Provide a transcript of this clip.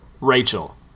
Rachel